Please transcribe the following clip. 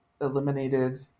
eliminated